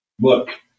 look